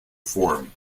form